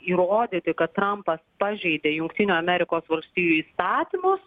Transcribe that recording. įrodyti kad trampas pažeidė jungtinių amerikos valstijų įstatymus